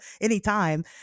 anytime